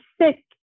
sick